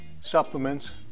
supplements